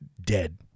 dead